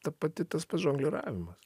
ta pati tas pats žongliravimas